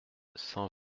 cent